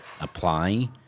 apply